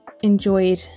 enjoyed